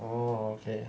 oh okay